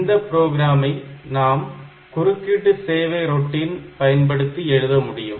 இந்த ப்ரோக்ராமை நம் குறுக்கீடு சேவை ரொட்டீன் பயன்படுத்தி எழுத முடியும்